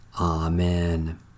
Amen